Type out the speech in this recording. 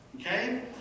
Okay